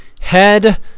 head